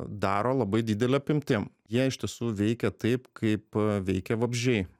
daro labai didele apimtim jie iš tiesų veikia taip kaip veikia vabzdžiai